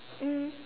mm